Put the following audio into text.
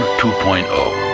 two point